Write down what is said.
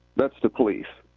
that's to police.